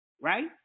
right